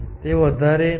તેથી વધારો